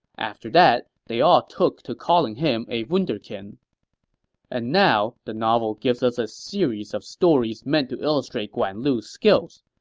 after that, they all took to calling him a wunderkind and now, the novel gives us a series of stories meant to illustrate guan lu's skills.